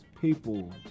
people